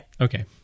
Okay